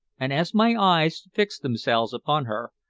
and as my eyes fixed themselves upon her,